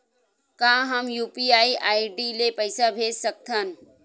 का हम UPI ID ले पईसा भेज सकथन?